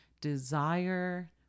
desire